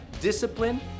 discipline